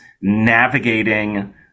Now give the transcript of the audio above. navigating